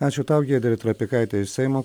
ačiū tau giedrė trapikaitė iš seimo